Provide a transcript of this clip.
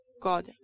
God